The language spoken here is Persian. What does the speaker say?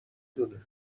دونه